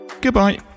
goodbye